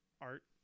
Art